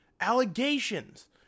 allegations